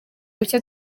bushya